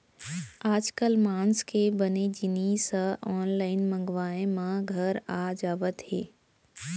आजकाल मांस के बने जिनिस ह आनलाइन मंगवाए म घर आ जावत हे